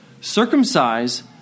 circumcise